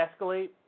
escalate